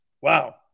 Wow